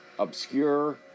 Obscure